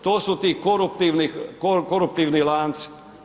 To su ti koruptivni lanci.